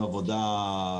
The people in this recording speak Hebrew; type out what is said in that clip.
לא תאמיני,